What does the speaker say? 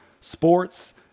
sports